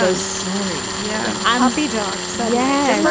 so sorry, yeah, i won't be dog so, yeah,